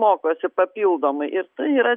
mokosi papildomai ir tai yra